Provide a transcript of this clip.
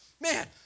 Man